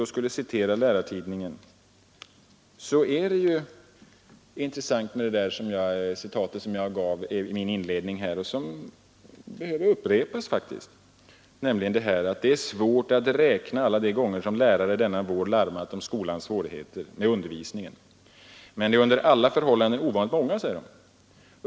Det är ju intressant med det citat ur Lärartidningen som jag gjorde i min inledning här och som skulle behöva upprepas: ”Det är svårt att räkna alla de gånger som lärare denna vår larmat om skolans svårigheter med undervisningen, men det är under alla förhållanden ovanligt många.